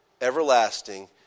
everlasting